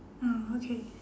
oh okay